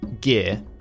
gear